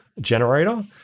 generator